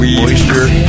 moisture